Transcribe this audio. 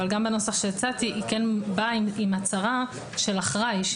אבל גם בנוסח שהצעתי היא כן באה עם הצהרה של אחראי.